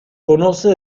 conoce